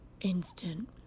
instant